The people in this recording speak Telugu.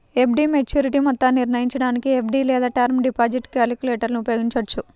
ఎఫ్.డి మెచ్యూరిటీ మొత్తాన్ని నిర్ణయించడానికి ఎఫ్.డి లేదా టర్మ్ డిపాజిట్ క్యాలిక్యులేటర్ను ఉపయోగించవచ్చు